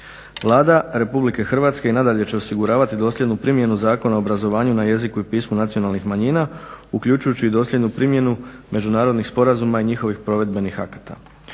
Vlada Republike Hrvatske i nadalje će osiguravati dosljednu primjenu Zakona o obrazovanju na jeziku i pismu nacionalnih manjina uključujući i dosljednu primjenu međunarodnih sporazuma i njihovih provedbenih akata.